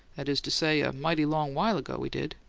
that is to say, a mighty long while ago he did.